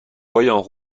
voyant